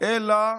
אלא